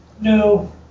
No